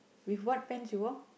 with what pants you wore